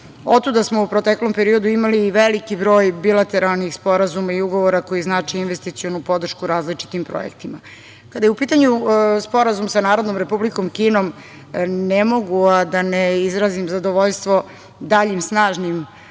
Otuda smo u proteklom periodu imali i veliki broj bilateralnih sporazuma i ugovora koji znače investicionu podršku različitim projektima. Kada je u pitanju Sporazum sa Narodnom Republikom Kinom, ne mogu a da ne izrazim zadovoljstvo daljim snažnim